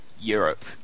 Europe